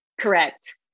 Correct